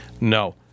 No